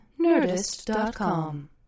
Nerdist.com